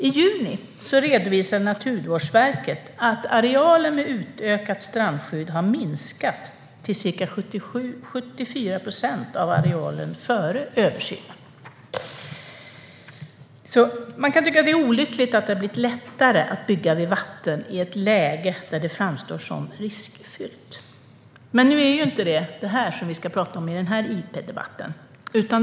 I juni redovisade Naturvårdsverket att arealen med utökat strandskydd har minskat till ca 74 procent av arealen före översynen. Man kan tycka att det är olyckligt att det har blivit lättare att bygga vid vatten i ett läge där det framstår som riskfyllt. Men nu ska vi inte prata om det i den här interpellationsdebatten.